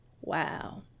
Wow